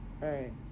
right